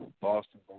boston